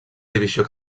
divisió